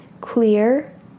clear